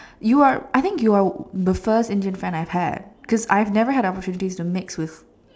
you are I think you are the first Indian friend I've had cause I've never had opportunities to mix with